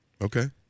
Okay